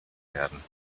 werden